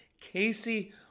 Casey